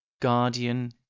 Guardian